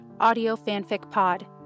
audiofanficpod